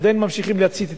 עדיין ממשיכים להצית אש,